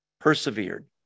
Persevered